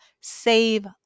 save